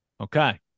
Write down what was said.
Okay